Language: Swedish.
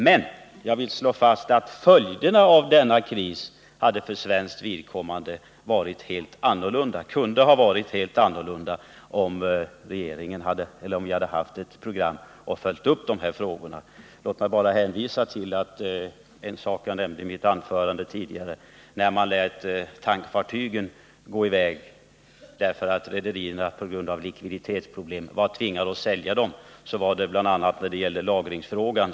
Jag ville dock slå fast att följderna av denna kris för svenskt vidkommande kunde ha varit helt andra om vi hade haft ett program som hade följt upp de här frågorna. Låt mig hänvisa till en sak som jag nämnde i mitt tidigare anförande. Man lät tankfartygen gå till utländska ägare därför att rederierna på grund av likviditetsproblem var tvingade att sälja dem. Det gällde bl.a. lagringsfrågan.